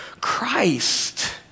Christ